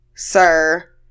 sir